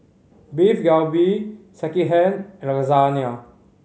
Beef Galbi Sekihan and Lasagna